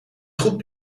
goed